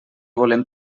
volem